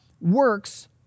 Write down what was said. works